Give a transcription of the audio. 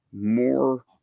more